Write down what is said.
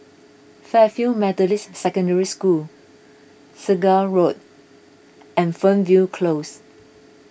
Fairfield Methodist Secondary School Segar Road and Fernvale Close